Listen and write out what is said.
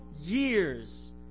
years